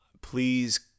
Please